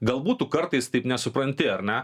galbūt tu kartais taip nesupranti ar ne